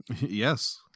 Yes